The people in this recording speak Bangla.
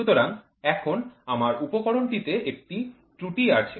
সুতরাং এখন আমার উপকরণটিতে একটি ত্রুটি আছে